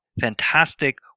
fantastic